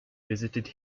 visited